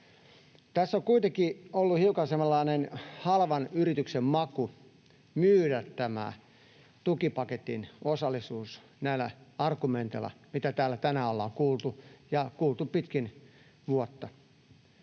Tässä on kuitenkin ollut hiukan sellainen halvan yrityksen maku myydä tämän tukipaketin osallisuus näillä argumenteilla, joita täällä tänään ollaan kuultu ja ollaan kuultu pitkin vuotta.